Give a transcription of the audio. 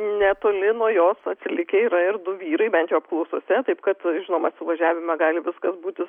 netoli nuo jos atsilikę yra ir du vyrai bent jau apklausose taip kad žinoma suvažiavime gali viskas būti